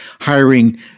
hiring